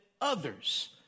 others